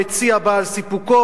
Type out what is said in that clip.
שהמציע בא על סיפוקו,